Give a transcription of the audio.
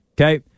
Okay